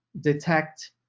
detect